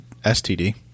STD